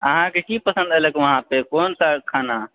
अहाँके की पसन्द ऐलक वहाँपर कोन सा खाना